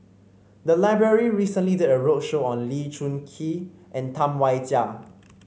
the library recently did a roadshow on Lee Choon Kee and Tam Wai Jia